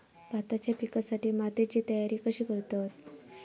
भाताच्या पिकासाठी मातीची तयारी कशी करतत?